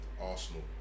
Arsenal